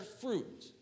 fruit